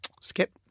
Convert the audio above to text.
Skip